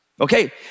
Okay